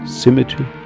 symmetry